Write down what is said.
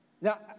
Now